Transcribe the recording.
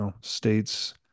states